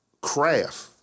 craft